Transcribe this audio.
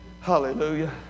Hallelujah